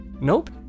Nope